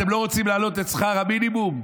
אתם לא רוצים להעלות את שכר המינימום,